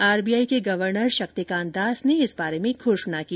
RBI के governor Shaktikanta Das ने इस बारे में घोषणा की